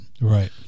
right